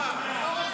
בושה אתה.